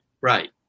Right